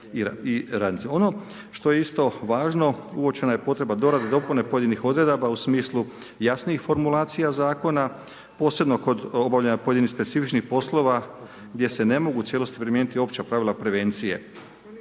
i radnicima. Ono što je isto važno, uočena je potreba dorade i dopune pojedinih odredaba u smislu jasnijih formulacija zakona posebno kod obavljanja pojedinih specifičnih poslova gdje se ne mogu u cijelosti primijeniti opća pravila prevencije.